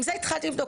עם זה התחלתי לבדוק.